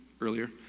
earlier